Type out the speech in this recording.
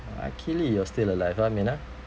luckily you're still alive ah min ah